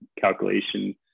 calculations